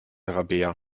rabea